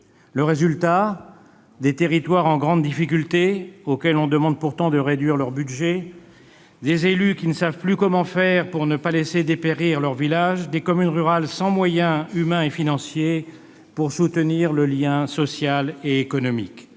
est résulté des territoires en grande difficulté, auxquels on demande pourtant de réduire leurs budgets, des élus qui ne savent plus quoi faire pour ne pas laisser dépérir leurs villages, des communes rurales sans moyens humains et financiers pour soutenir le lien social et économique.